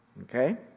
okay